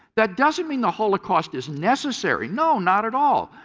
that doesn't mean the holocaust is necessary, no, not at all.